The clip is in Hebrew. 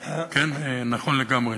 כן, נכון לגמרי,